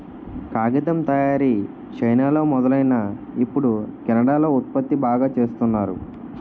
కాగితం తయారీ చైనాలో మొదలైనా ఇప్పుడు కెనడా లో ఉత్పత్తి బాగా చేస్తున్నారు